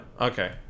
Okay